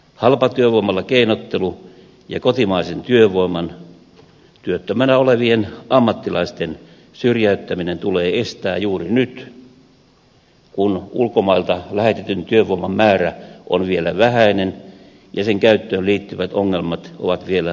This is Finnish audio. halpatyövoimalla keinottelu ja kotimaisen työvoiman työttömänä olevien ammattilaisten syrjäyttäminen tulee estää juuri nyt kun ulkomailta lähetetyn työvoiman määrä on vielä vähäinen ja sen käyttöön liittyvät ongelmat ovat vielä hallittavissa